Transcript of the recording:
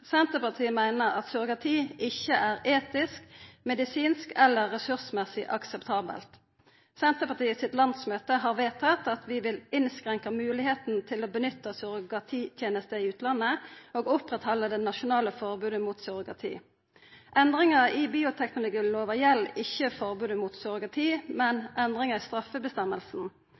Senterpartiet meiner at surrogati ikkje er etisk, medisinsk eller ressursmessig akseptabelt. Landsmøtet til Senterpartiet har vedtatt at vi vil innskrenka moglegheita til å nytta surrogatitenester i utlandet og oppretthalda det nasjonale forbodet mot surrogati. Endringa i bioteknologilova gjeld ikkje forbodet mot surrogati, men endringar i